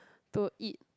to eat